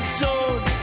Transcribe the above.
zone